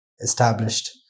established